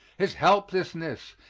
his helplessness,